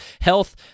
health